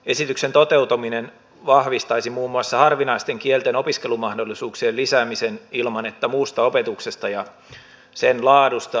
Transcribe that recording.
esityksen toteutuminen vahvistaisi muun muassa harvinaisten kielten opiskelumahdollisuuksien lisäämisen ilman että muusta opetuksesta ja sen laadusta tarvitsisi tinkiä